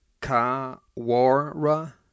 Kawara